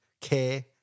care